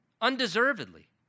Undeservedly